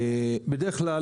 בדרך כלל,